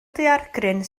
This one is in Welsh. daeargryn